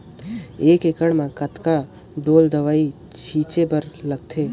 एक एकड़ म कतका ढोल दवई छीचे बर लगथे?